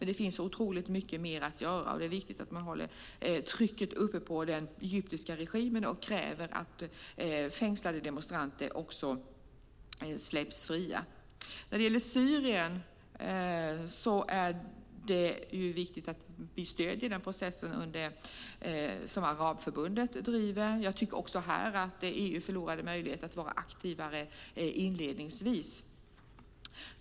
Det finns så mycket mer att göra. Det är viktigt att ha tryck på den egyptiska regimen och kräva att fängslade demonstranter släpps fria. När det gäller Syrien är det viktigt att vi stöder den process som Arabförbundet driver. Jag tycker att EU även här förlorade möjligheten att vara aktivare inledningsvis.